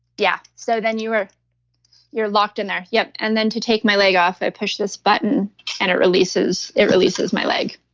yeah, so then you're you're locked in there. yep. and then to take my leg off, i push this button and it releases it releases my leg.